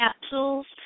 capsules